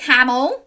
Camel